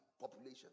population